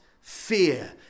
fear